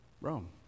Rome